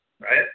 right